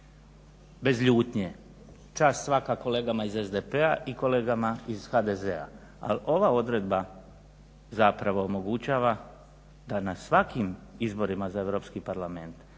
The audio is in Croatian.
Bez ljutnje, čast svaka kolegama iz SDP-a i kolegama iz HDZ-a ali ova odredba zapravo omogućava da na svakim izborima za Europski parlament